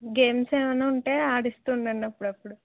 games ఏమన్న ఉంటే ఆడిస్తు ఉండండి అప్పుడప్పుడు